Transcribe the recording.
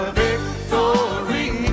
victory